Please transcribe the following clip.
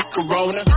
Corona